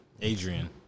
Adrian